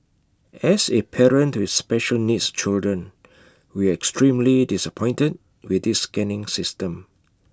as A parent to special needs children we are extremely disappointed with this scanning system